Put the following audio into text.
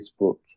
Facebook